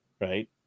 Right